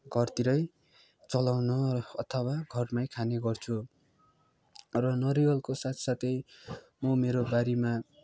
घरतिरै चलाउन अथवा घरमै खाने गर्छु र नरिवलको साथ साथै म मेरो बारीमा